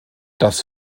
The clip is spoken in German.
das